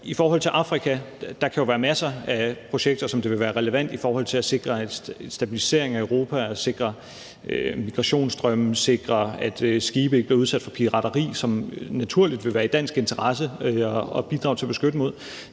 I forhold til Afrika kan der jo være masser af projekter, som ville være relevante i forhold til at sikre en stabilisering af Europa, sikre sig i forhold til migrationsstrømme og sikre, at skibe ikke bliver udsat for pirateri, som det naturligvis vil være i dansk interesse at bidrage til at beskytte mod.